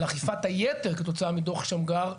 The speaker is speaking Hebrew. על אכיפת היתר כתוצאה מדוח שמגר,